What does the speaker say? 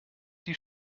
die